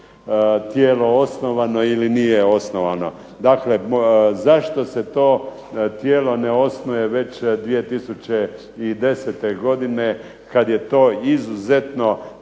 tijelo osnovano ili nije osnovano. Dakle, zašto se to tijelo već ne osnuje 2010. godine kada je to izuzetno